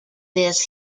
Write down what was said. this